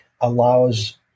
allows